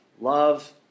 Love